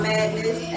Madness